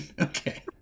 Okay